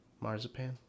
marzipan